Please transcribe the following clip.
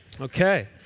Okay